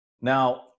Now